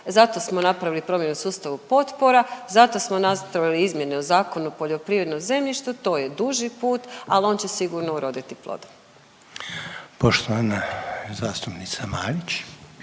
zato smo napravili promjenu u sustavu potpora. Zato smo nastavili izmjene o Zakonu o poljoprivrednom zemljištu to je duži put al on će sigurno uroditi plodom. **Reiner,